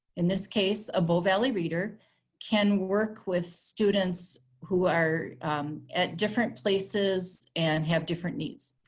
in this case a bow valley reader can work with students who are at different places and have different needs.